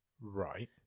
Right